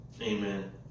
Amen